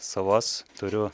savas turiu